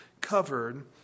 covered